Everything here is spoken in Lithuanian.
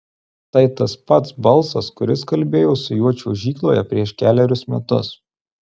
tai tas pats balsas kuris kalbėjo su juo čiuožykloje prieš kelerius metus